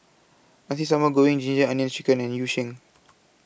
Nasi Sambal Goreng Ginger Onions Chicken and Yu Sheng